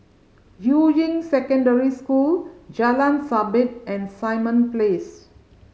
Yuying Secondary School Jalan Sabit and Simon Place